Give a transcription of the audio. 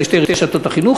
בשתי רשתות החינוך.